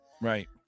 Right